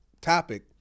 topic